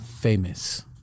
famous